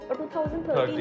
2013